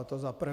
To za prvé.